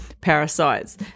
parasites